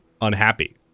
unhappy